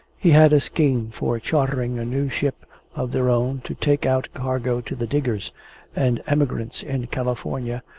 he had a scheme for chartering a new ship of their own to take out cargo to the diggers and emigrants in california,